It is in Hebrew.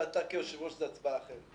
ואתה כיושב-ראש זה הצבעה אחרת.